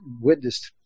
witnessed